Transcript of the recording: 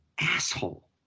asshole